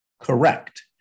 correct